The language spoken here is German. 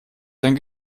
sein